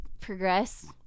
progress